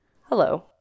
hello